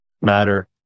matter